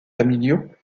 familiaux